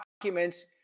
documents